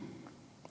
אבסולוטי